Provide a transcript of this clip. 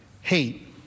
hate